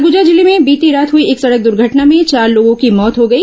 सरगुजा जिले में बीती रात हुई एक सड़क दूर्घटना में चार लोगों की मौत हो गई